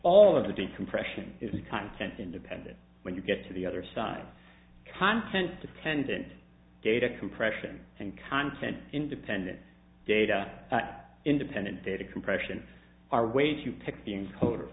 all of the compression is content independent when you get to the other side content dependent data compression and content independent data independent data compression our way to pick